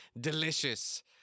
Delicious